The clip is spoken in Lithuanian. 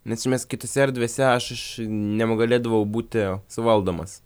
nes iš esmės kitose erdvėse aš š nenugalėdavau būti suvaldomas